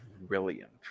brilliant